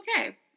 okay